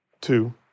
Two